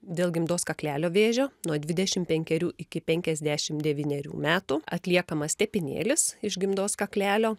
dėl gimdos kaklelio vėžio nuo dvidešim penkerių iki penkiasdešim devynerių metų atliekamas tepinėlis iš gimdos kaklelio